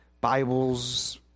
Bibles